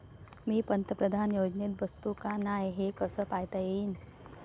मी पंतप्रधान योजनेत बसतो का नाय, हे कस पायता येईन?